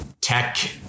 Tech